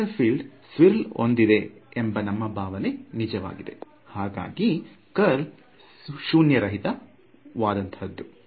vector field swirl ಹೊಂದಿದೆ ಎಂಬ ನಮ್ಮ ಭಾವನೆ ನಿಜವಾಗಿದೆ ಹಾಗಾಗಿ ಕರ್ಲ್ ಶೂನ್ಯರಹಿತವಾದಂತಹದ್ದು